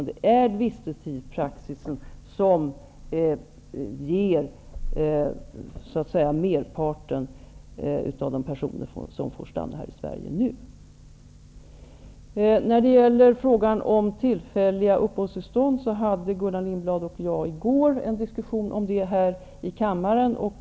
Det är vistelsetidspraxisen som så att säga ger merparten av de personer som får stanna i Sverige nu. Lindblad och jag en diskussion om i går här i kammaren.